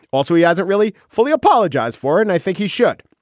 also, he hasn't really fully apologized for it. and i think he should.